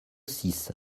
six